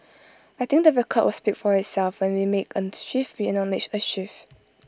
I think the record will speak for itself when we make A shift we A shift